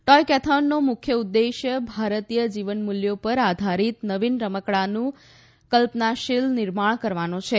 toy કૈથોનનો મુખ્ય ઉદેશ્ય ભારતીય જીવનમૂલ્યો પર આધારીત નવીન રમકડાનું કલ્પનાશીલ નિર્માણ કરવાનો છે